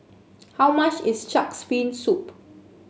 how much is shark's fin soup